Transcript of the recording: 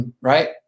right